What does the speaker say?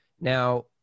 Now